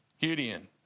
Gideon